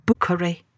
Bookery